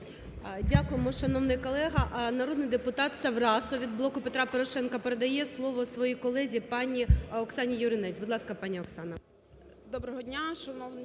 Дякуємо, шановний колега. Народний депутат Саврасов від "Блоку Петра Порошенка" передає слово своїй колезі, пані Оксані Юринець. Будь ласка, пані Оксана. 10:12:58 ЮРИНЕЦЬ